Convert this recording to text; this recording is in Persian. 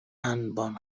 انبان